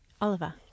Oliver